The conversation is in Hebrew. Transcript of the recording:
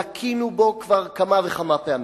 לקינו בו כבר כמה וכמה פעמים.